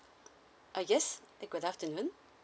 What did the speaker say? uh yes good afternoon